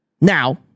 Now